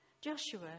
Joshua